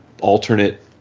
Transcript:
alternate